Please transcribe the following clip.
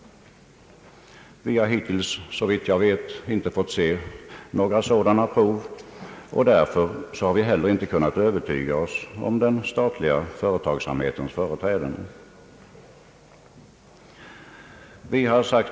Vi har hittills, såvitt jag vet, inte fått se några sådana prov, och därför har vi inte heller kunnat övertyga oss om den statliga företagsamhetens företräden.